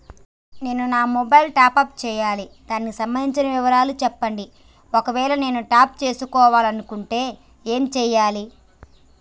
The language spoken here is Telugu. నేను నా మొబైలు టాప్ అప్ చేయాలి దానికి సంబంధించిన వివరాలు చెప్పండి ఒకవేళ నేను టాప్ చేసుకోవాలనుకుంటే ఏం చేయాలి?